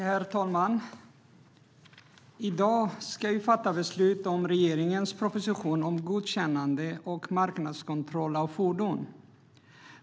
Herr talman! I dag ska vi fatta beslut om regeringens proposition om godkännande och marknadskontroll av fordon.